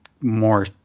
More